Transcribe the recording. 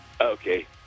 Okay